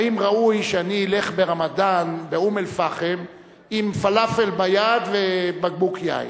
האם ראוי שאני אלך ברמדאן באום-אל-פחם עם פלאפל ביד ובקבוק יין?